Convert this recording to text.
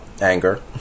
anger